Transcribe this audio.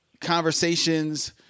conversations